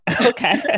Okay